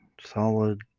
solid